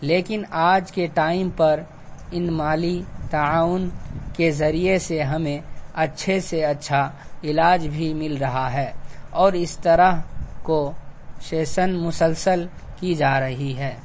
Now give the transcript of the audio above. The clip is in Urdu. لیکن آج کے ٹائم پر ان مالی تعاون کے ذریعے سے ہمیں اچھے سے اچھا علاج بھی مل رہا ہے اور اس طرح کو شیسن مسلسل کی جا رہی ہے